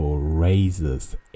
raises